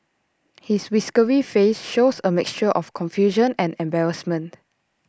his whiskery face shows A mixture of confusion and embarrassment